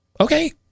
Okay